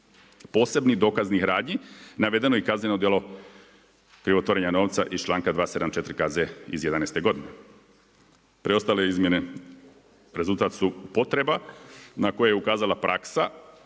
posebnih dokaznih radnji navedeno i kazneno djelo krivotvorenja novca iz članka 274. KZ iz jedanaeste godine. Preostale izmjene rezultat su potreba na koje je ukazala praksa